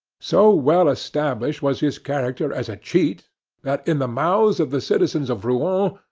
so well established was his character as a cheat that, in the mouths of the citizens of rouen,